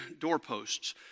doorposts